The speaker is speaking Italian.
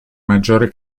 maggiori